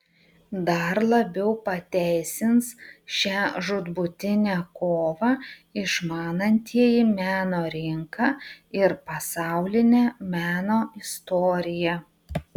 dar labiau pateisins šią žūtbūtinę kovą išmanantieji meno rinką ir pasaulinę meno istoriją